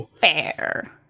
fair